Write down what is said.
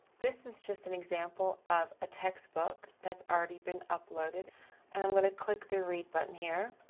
this is just an example of a textbook that's already been uploaded and i'm going to click the read button here.